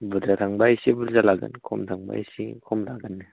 बुरजा थांबा इसे बुरजा लागोन खम थांबा इसे खम थांगोननो